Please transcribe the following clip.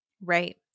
Right